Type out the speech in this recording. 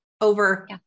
over